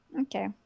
Okay